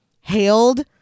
hailed